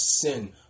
sin